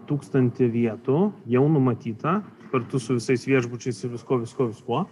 tūkstantį vietų jau numatyta kartu su visais viešbučiais su viskuo viskuo viskuo